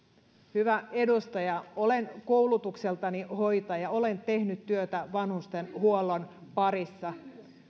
hyvä edustaja olen koulutukseltani hoitaja olen tehnyt työtä vanhustenhuollon parissa